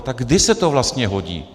Tak kdy se to vlastně hodí?